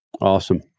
Awesome